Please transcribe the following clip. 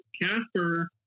Casper